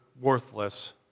worthless